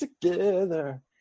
Together